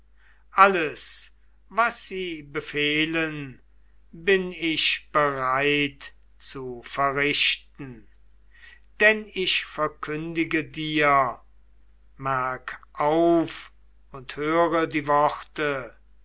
alles was sie befehlen bin ich bereit zu verrichten denn ich verkündige dir merk auf und höre die worte